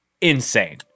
insane